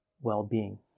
well-being